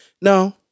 No